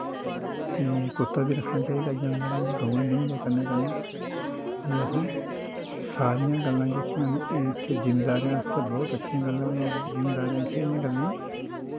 ते कुत्ता बी रक्खना चाहिदा गवां मैहीं दे कन्नै कन्नै एह् असें सारियां एह् गल्लां जेह्कियां न एह्दा जमींदारें आस्तै बौह्त अच्छियां गल्लां न होर जमींदारें इ'नें गी गल्लें गी